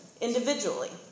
individually